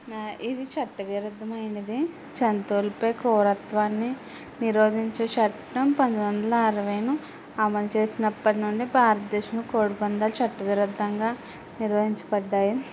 ఇది చట్ట విరుద్ధమైనది జంతువులపై క్రూరత్వాన్ని నిరోధించే చట్టం పంతొమ్మిది వందల అరవైలో అమలు చేసినప్పటి నుండి భారతదేశం కోడి పందాలు చట్ట విరుద్ధంగా నిరోధించబడ్డాయి